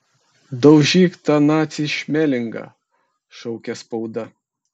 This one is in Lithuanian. daužyk tą nacį šmelingą šaukė spauda